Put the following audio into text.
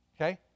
Okay